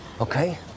Okay